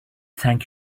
thank